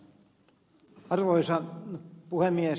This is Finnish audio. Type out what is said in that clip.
arvoisa puhemies